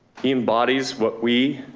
he embodies what we,